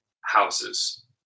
houses